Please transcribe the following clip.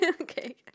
Okay